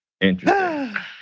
interesting